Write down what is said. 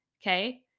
okay